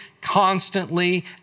constantly